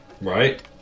Right